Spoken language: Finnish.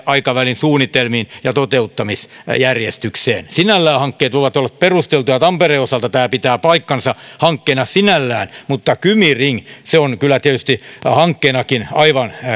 aikavälin suunnitelmiin ja toteuttamisjärjestykseen sinällään hankkeet voivat olla perusteltuja ja tampereen osalta tämä pitää paikkansa hankkeena sinällään mutta kymi ring on kyllä tietysti hankkeenakin aivan